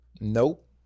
Nope